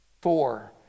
Four